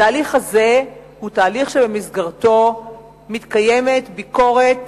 התהליך הזה הוא תהליך שבמסגרתו מתקיימת ביקורת